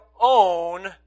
own